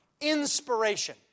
inspiration